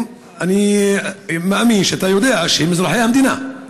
אני מאמין שאתה יודע שהם אזרחי המדינה,